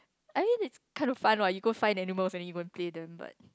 I mean it's kind of fun what you go find animals and then you go play with them but